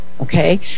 Okay